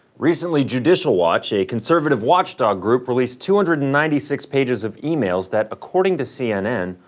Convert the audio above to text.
recently, judicial watch, a conservative watchdog group, released two hundred and ninety six pages of emails that, according to cnn,